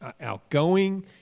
outgoing